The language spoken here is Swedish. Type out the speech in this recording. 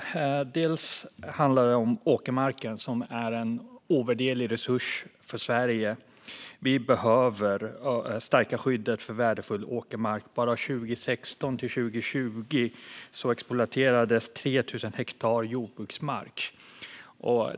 Till att börja med handlar det om åkermarken, som är en ovärderlig resurs för Sverige. Vi behöver stärka skyddet för värdefull åkermark. Bara mellan 2016 och 2020 exploaterades 3 000 hektar jordbruksmark.